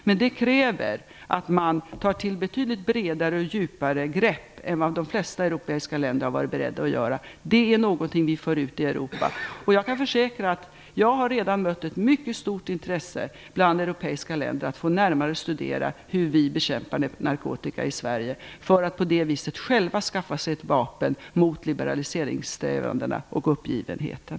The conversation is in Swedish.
Men det kräver att man tar till betydligt bredare och djupare grepp än vad de flesta europeiska länder varit beredda att göra. Detta är någonting som vi för ut i Europa, och jag kan försäkra att jag redan har mött ett mycket stort intresse bland europeiska länder av att närmare få studera hur vi bekämpar narkotika i Sverige för att på det viset själva skaffa sig ett vapen mot liberaliseringssträvandena och uppgivenheten.